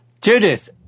Judith